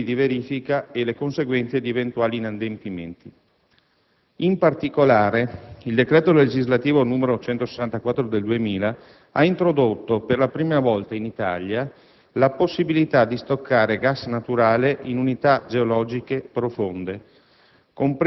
i poteri di verifica, le conseguenze di eventuali inadempimenti". In particolare, il decreto legislativo n. 164 del 2000 ha introdotto, per la prima volta in Italia, la possibilità di stoccare gas naturale in unità geologiche profonde,